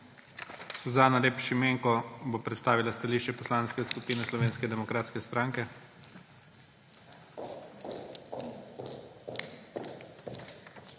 Suzana Lep Šimenko bo predstavila stališče Poslanske skupine Slovenske demokratske stranke.